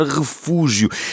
refúgio